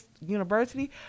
University